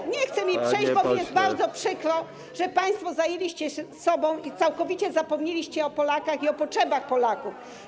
Nie, nie chce mi przejść, bo mi jest bardzo przykro, że państwo zajęliście się sobą i całkowicie zapomnieliście o Polakach i o potrzebach Polaków.